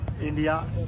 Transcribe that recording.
India